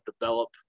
develop